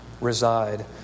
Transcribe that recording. Reside